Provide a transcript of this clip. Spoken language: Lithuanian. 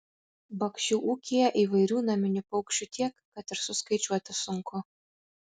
bakšių ūkyje įvairių naminių paukščių tiek kad ir suskaičiuoti sunku